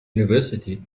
university